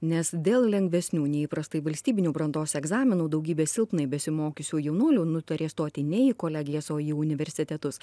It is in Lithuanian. nes dėl lengvesnių nei įprastai valstybinių brandos egzaminų daugybė silpnai besimokiusių jaunuolių nutarė stoti ne į kolegijas o į universitetus